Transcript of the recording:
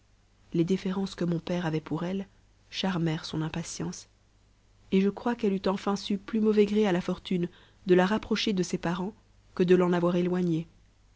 les déférences que mon père avait pour elle charmèrent son impatience et je crois qu'ehc eut enfin su plus mauvais gré à la tbrtune de la rapprocher de ses parents que de l'en avoir éloignée